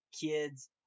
kids